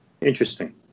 Interesting